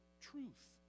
truth